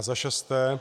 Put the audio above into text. Za šesté.